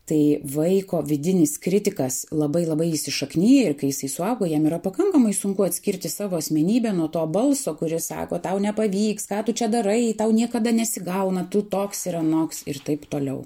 tai vaiko vidinis kritikas labai labai įsišaknyja ir kai jisai suauga jam yra pakankamai sunku atskirti savo asmenybę nuo to balso kuris sako tau nepavyks ką tu čia darai tau niekada nesigauna tu toks ir anoks ir taip toliau